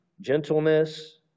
gentleness